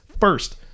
First